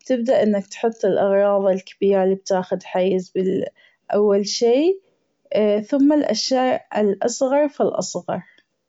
بتبدأ تحط الأغراض الكبيرة اللي بتاخذ حيز أول شي ثم الأشياء الأصغر فالأصغر.